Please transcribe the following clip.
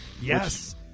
Yes